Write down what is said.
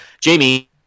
Jamie